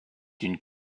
une